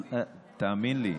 תאמין לי,